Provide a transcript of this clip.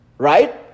Right